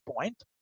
point